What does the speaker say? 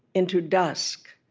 into dusk,